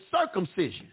circumcision